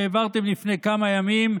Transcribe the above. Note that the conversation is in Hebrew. שהעברתם לפני כמה ימים,